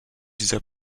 dieser